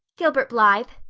gilbert blythe,